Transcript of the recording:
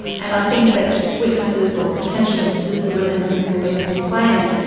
and i think that witnesses or potential witnesses, the women who will be the complainant,